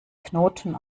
knoten